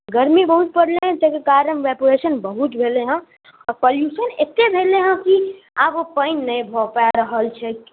गरमी बहुत पड़लै तैके कारण वेपोरेशन बहुत भेलै हँ आओर पॉल्यूशन एते भेलै हँ की आब ओ पानि नहि भऽ पाबि रहल छै